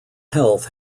heath